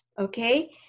Okay